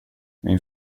min